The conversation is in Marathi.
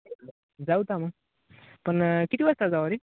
जाऊ तर मग पण किती वाजता जावं रे